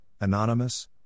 anonymous